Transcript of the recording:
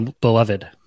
beloved